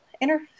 inner